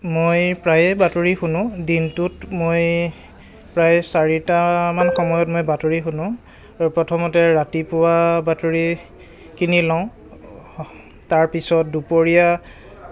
মই প্ৰায়ে বাতৰি শুনো দিনটোত মই প্ৰায় চাৰিটামান সময়ত মই বাতৰি শুনো আৰু প্ৰথমতে ৰাতিপুৱা বাতৰি কিনি লওঁ তাৰপিছত দুপৰীয়া